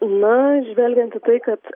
na žvelgiant į tai kad